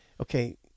Okay